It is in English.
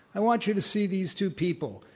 i want you to see these two people.